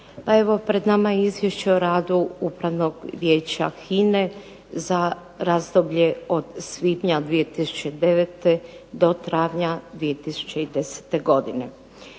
Pa evo pred nama je izvješće o radu Upravnog vijeća HINA-e za razdoblje od svibnja 2009. do travnja 2010. godine.